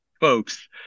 folks